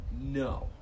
No